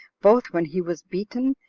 both when he was beaten,